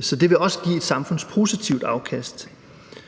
Så det vil også give et samfundspositivt afkast.